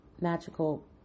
magical